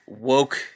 woke